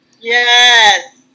Yes